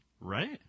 right